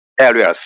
areas